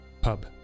pub